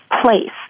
place